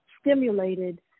stimulated